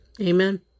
Amen